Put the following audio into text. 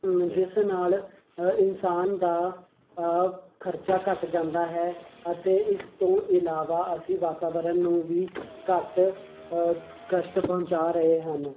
ਜਿਸ ਨਾਲ ਇਨਸਾਨ ਦਾ ਖਰਚਾ ਘੱਟ ਜਾਂਦਾ ਹੈ ਅਤੇ ਇਸ ਤੋਂ ਇਲਾਵਾ ਅਸੀਂ ਵਾਤਾਵਰਨ ਨੂੰ ਵੀ ਘੱਟ ਕਸ਼ਟ ਪਹੁੰਚਾ ਰਹੇ ਹਨ